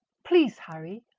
please hurry!